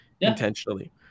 intentionally